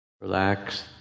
Relax